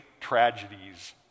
tragedies